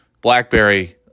Blackberry